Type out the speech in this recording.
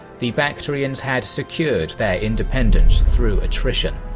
the bactrians had secured their independence through attrition.